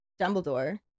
Dumbledore